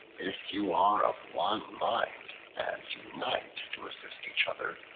if you are of one mind, and unite to assist each other,